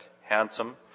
handsome